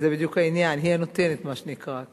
זה בדיוק העניין, היא הנותנת מה שנקרא.